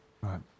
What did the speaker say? right